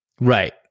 Right